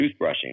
toothbrushing